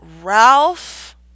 Ralph